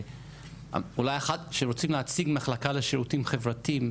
שאולי כשרוצים להציג מחלקה מיוחדת לשירותים חברתיים